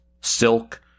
silk